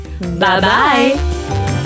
Bye-bye